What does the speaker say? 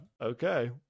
Okay